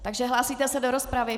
Takže hlásíte se do rozpravy?